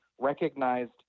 recognized